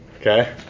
Okay